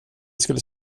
skulle